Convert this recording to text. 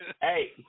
Hey